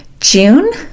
June